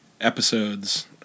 episodes